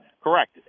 Correct